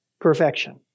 perfection